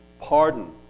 pardon